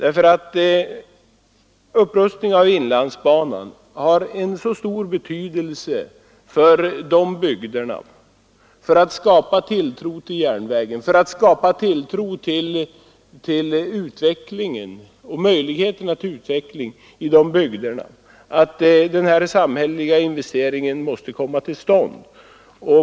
En upprustning av inlandsbanan har så stor betydelse när det gäller att skapa tilltro till järnvägen och till möjligheterna till utveckling i de bygder som berörs, att denna samhälleliga investering måste komma till stånd.